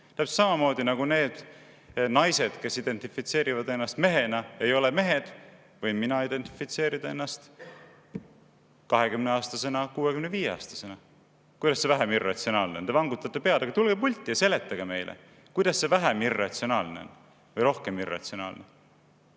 Täpselt samamoodi nagu need naised, kes identifitseerivad ennast mehena, ei ole mehed, võin mina identifitseerida ennast 20‑aastasena, 65‑aastasena. Kuidas see vähem irratsionaalne on? Te vangutate pead, aga tulge pulti ja seletage meile, kuidas see on vähem või rohkem irratsionaalne.